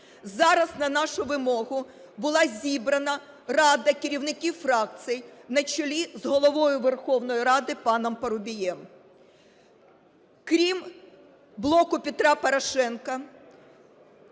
Зараз на нашу вимогу була зібрана рада керівників фракцій на чолі з Головою Верховної Ради паном Парубієм. Крім "Блоку Петра Порошенка",